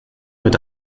mit